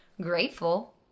grateful